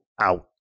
out